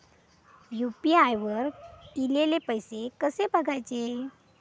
UPI वर ईलेले पैसे कसे बघायचे?